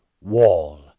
Wall